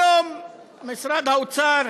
היום משרד האוצר